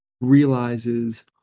realizes